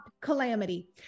calamity